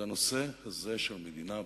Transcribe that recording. זה הנושא של המדינה במכרז,